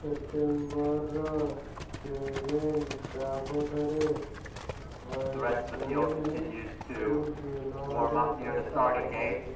ସେପ୍ଟେମ୍ବରର payment ବାବଦରେ ଭଉଣୀଙ୍କୁ ନଅହଜାର ଟଙ୍କା ପଠାନ୍ତୁ